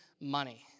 money